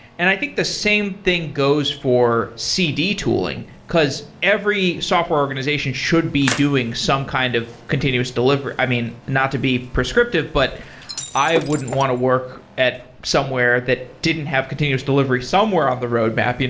and i think the same thing goes for cd tooling, because every software organization should be doing some kind of continuous delivery i mean, not to be prescriptive, but i wouldn't want to work at somewhere that didn't have continuous delivery somewhere on the roadmap. you know